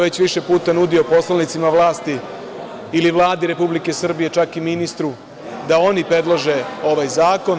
Već više puta sam nudio poslanicima vlasti ili Vladi Republike Srbije, čak i ministru da oni predlože ovaj zakon.